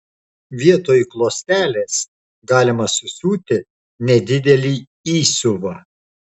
vietoj klostelės galima susiūti nedidelį įsiuvą